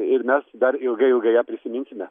ir mes dar ilgai ilgai ją prisiminsime